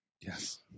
Yes